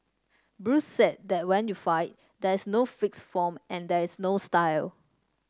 Bruce said that when you fight there is no fixed form and there is no style